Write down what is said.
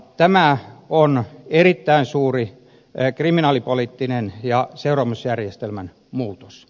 tämä on erittäin suuri kriminaalipoliittinen ja seuraamusjärjestelmän muutos